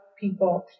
people